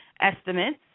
estimates